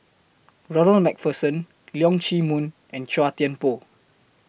Ronald MacPherson Leong Chee Mun and Chua Thian Poh